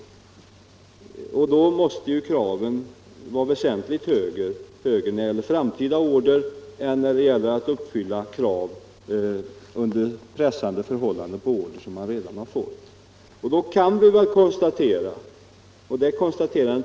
Kraven med = Nr 44 tanke på framtida order måste ju ställas väsentligt högre än när det gällde Fredagen den att under pressande förhållanden uppfylla villkoren i en redan lämnad 21 mars1975 beställning.